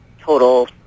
total